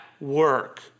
work